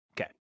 Okay